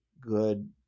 good